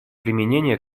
применения